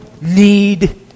need